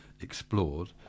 explored